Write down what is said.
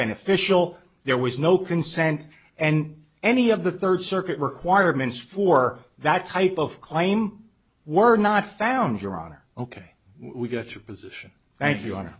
beneficial there was no consent and any of the third circuit requirements for that type of claim were not found your honor ok we got your position thank you